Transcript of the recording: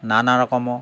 নানা ৰকমৰ